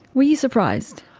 were you surprised?